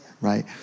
right